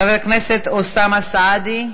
חבר הכנסת אוסאמה סעדי.